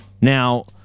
now